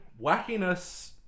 wackiness